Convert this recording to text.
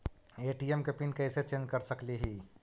ATM के PIN कैसे change कर सकली ही?